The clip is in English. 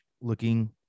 looking